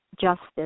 justice